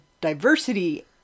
diversity